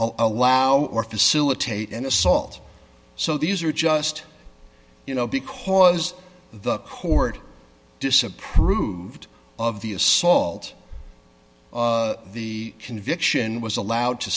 allow or facilitate an assault so these are just you know because the court disapproved of the assault the conviction was allowed to